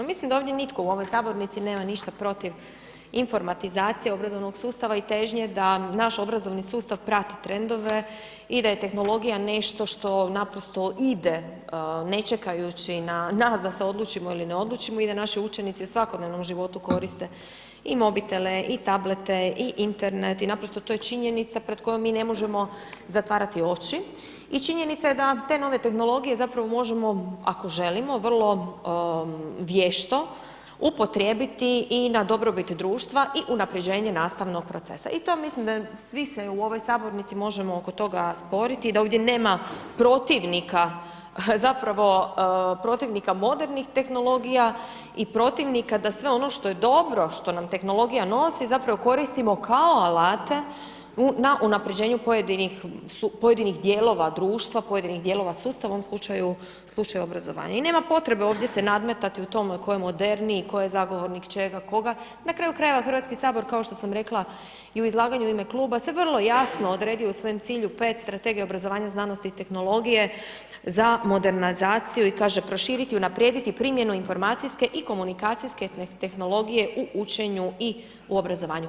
Mislim da ovdje nitko u ovoj Sabornici nema ništa protiv informatizacije obrazovnog sustava i težnje da naš obrazovni sustav prati trendove i da je tehnologija nešto što naprosto ide, ne čekajući na nas da se odlučimo ili ne odlučimo i da naši učenici u svakodnevnom životu koriste i mobitele i tablete i Internet i naprosto to je činjenica pred kojom mi ne možemo zatvarati oči i činjenica je da te nove tehnologije zapravo možemo, ako želimo, vrlo vješto, upotrijebiti i na dobrobit društva i unapređenje nastavnog procesa i to mislim da svi se u ovoj Sabornici možemo oko toga sporiti, da ovdje nema protivnika, zapravo, protivnika modernih tehnologija i protivnika da sve ono što je dobro, što nam tehnologija nosi, zapravo, koristimo kao alate na unapređenju pojedinih dijelova društva, pojedinih dijelova sustava, u ovom slučaju obrazovanja i nema potrebe ovdje se nadmetati o tome tko je moderniji, tko je zagovornik čega, koga, na kraju krajeva HS, kao što sam rekla i u izlaganju u ime kluba se vrlo jasno odredio u svojem cilju pred strategije obrazovanja, znanosti i tehnologije za modernizaciju i kaže, proširiti i unaprijediti primjenu informacijske i komunikacijske tehnologije u učenju i u obrazovanju.